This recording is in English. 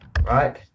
right